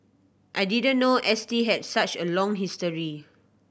I didn't know S T had such a long history